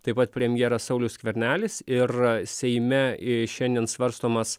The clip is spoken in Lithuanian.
taip pat premjeras saulius skvernelis ir seime šiandien svarstomas